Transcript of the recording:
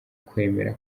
kwemera